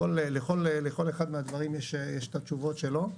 לכל אחד מהדברים יש את התשובות שלו.